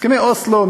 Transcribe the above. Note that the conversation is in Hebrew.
הסכמי אוסלו,